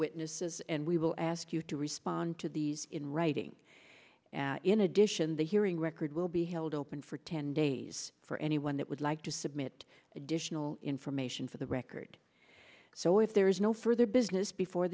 witnesses and we will ask you to respond to these in writing and in addition the hearing record will be held open for ten days for anyone that would like to submit additional information for the record so if there is no further business before